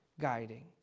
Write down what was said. guiding